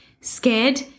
scared